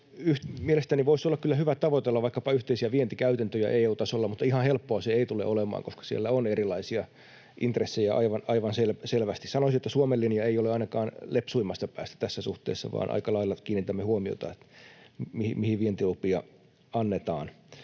Mielestäni voisi olla kyllä hyvä tavoitella vaikkapa yhteisiä vientikäytäntöjä EU-tasolla, mutta ihan helppoa se ei tule olemaan, koska siellä on erilaisia intressejä aivan selvästi. Sanoisin, että Suomen linja ei ole ainakaan lepsuimmasta päästä tässä suhteessa, vaan aika lailla kiinnitämme huomiota siihen, mihin vientilupia annetaan.